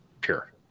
pure